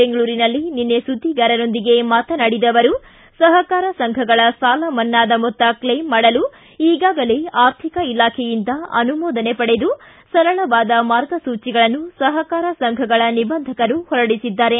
ಬೆಂಗಳೂರಿನಲ್ಲಿ ನಿನ್ನೆ ಸುದ್ದಿಗಾರರೊಂದಿಗೆ ಮಾತನಾಡಿದ ಅವರು ಸಹಕಾರ ಸಂಘಗಳ ಸಾಲ ಮನ್ನಾದ ಮೊತ್ತ ಕ್ಲೇಮ್ ಮಾಡಲು ಈಗಾಗಲೇ ಆರ್ಥಿಕ ಇಲಾಖೆಯಿಂದ ಅನುಮೋದನೆ ಪಡೆದು ಸರಳವಾದ ಮಾರ್ಗಸೂಚಿಗಳನ್ನು ಸಹಕಾರ ಸಂಘಗಳ ನಿಬಂಧಕರು ಹೊರಡಿಸಿದ್ದಾರೆ